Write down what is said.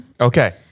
Okay